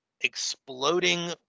exploding